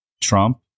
Trump